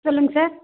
சொல்லுங்கள் சார்